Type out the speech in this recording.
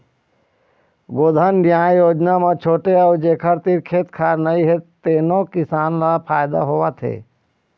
गोधन न्याय योजना म छोटे अउ जेखर तीर खेत खार नइ हे तेनो किसान ल फायदा होवत हे